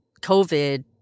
COVID